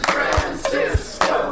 Francisco